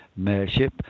mayorship